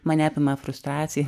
mane apima frustracija